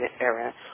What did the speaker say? era